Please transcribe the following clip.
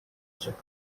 rzekę